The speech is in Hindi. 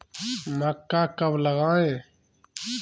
मक्का कब लगाएँ?